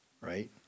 right